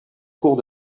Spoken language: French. cours